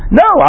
no